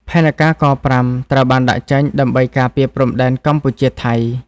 ផែនការ ក-៥" ត្រូវបានដាក់ចេញដើម្បីការពារព្រំដែនកម្ពុជា-ថៃ។